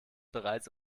bereits